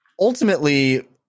ultimately